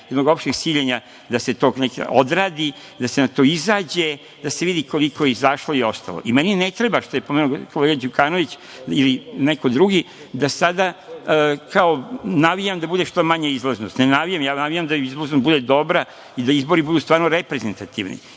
jednog opšteg siljenja da se to negde odradi, da se na to izađe, da se vidi koliko je izašlo i ostalo. Meni ne treba, što je pomenuo kolega Đukanović ili neko drugi, da sada, kao, navijam da bude što manja izlaznost. Ne navijam, ja navijam da izlaznost bude dobra i da izbori budu stvarno reprezentativni